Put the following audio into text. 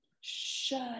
Shut